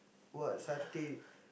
what satay